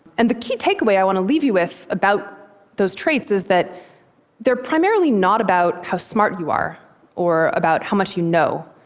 and the key takeaway i want to leave you with about those traits is that they're primarily not about how smart you are or about how much you know.